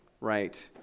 right